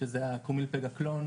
שזה הקומילפגקלון,